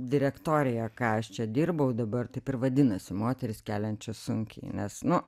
direktorija ką aš čia dirbau dabar taip ir vadinasi moterys keliančios sunkiai nes nu